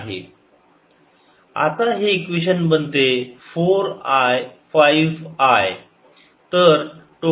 4I1I12I13I20 V 7I13I20V आता हे equation बनते 4 I 5 I